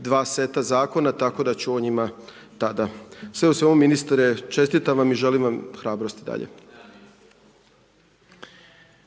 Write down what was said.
dva seta zakona, tako da ću o njima tada. Sve u svemu ministre, čestitam vam i želim vam hrabrosti dalje. **Reiner,